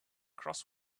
cross